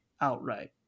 outright